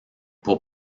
pour